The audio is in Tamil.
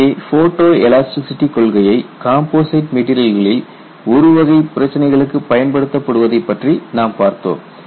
இங்கே போட்டோ எலாஸ்டிசிட்டி கொள்கையை கம்போசிட் மெட்டீரியல்களில் ஒரு வகை பிரச்சினைகளுக்கு பயன்படுத்தப் படுவதைப் பற்றி நாம் பார்த்தோம்